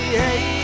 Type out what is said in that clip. hey